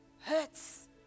hurts